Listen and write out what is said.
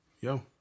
yo